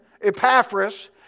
Epaphras